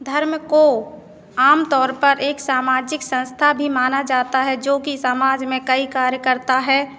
धर्म को आम तौर पर एक सामाजिक संस्था भी माना जाता है जो कि समाज में कई कार्य करता है